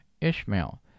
Ishmael